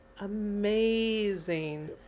amazing